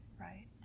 Right